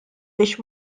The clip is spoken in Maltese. biex